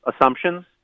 assumptions